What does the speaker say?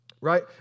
Right